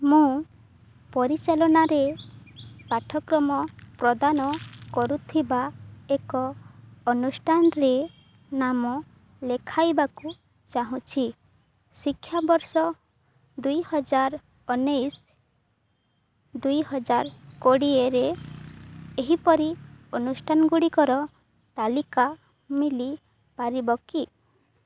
ମୁଁ ପରିଚାଳନାରେ ପାଠ୍ୟକ୍ରମ ପ୍ରଦାନ କରୁଥିବା ଏକ ଅନୁଷ୍ଠାନରେ ନାମ ଲେଖାଇବାକୁ ଚାହୁଁଛି ଶିକ୍ଷାବର୍ଷ ଦୁଇ ହଜାର ଉଣେଇଶ ଦୁଇ ହଜାର କୋଡ଼ିଏରେ ଏହିପରି ଅନୁଷ୍ଠାନ ଗୁଡ଼ିକର ତାଲିକା ମିଳିପାରିବ କି